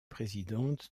présidente